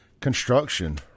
Construction